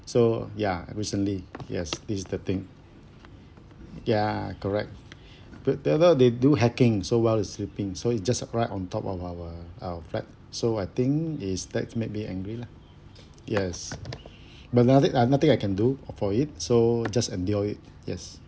so ya recently yes this is the thing ya correct but don't know they do hacking so while is sleeping so it just right on top of our our flat so I think is that make me angry lah yes but nothing uh nothing I can do for it so just endure it yes